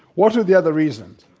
what are the other reasons?